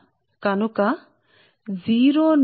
ప్రస్తుతం కండక్టర్ వ్యాసార్థం r గా ఉంది